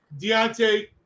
Deontay